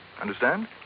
Understand